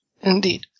Indeed